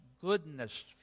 goodness